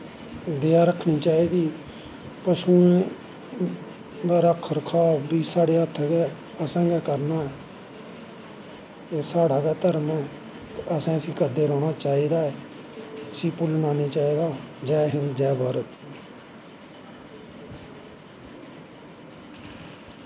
दया रक्खनी चाही दी पशुएं दा रक्ख रखाव बी साढ़े हत्थ गै असैं गै करना एह् साढ़ा गै धर्म ऐ असैं इसी करदे रौह्नां चाही दा इसी भुल्लनां नी चाही दा जै हिन्द जै भारत